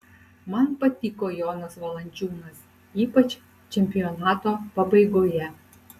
man patiko jonas valančiūnas ypač čempionato pabaigoje